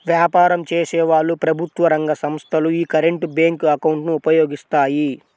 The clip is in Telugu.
వ్యాపారం చేసేవాళ్ళు, ప్రభుత్వ రంగ సంస్ధలు యీ కరెంట్ బ్యేంకు అకౌంట్ ను ఉపయోగిస్తాయి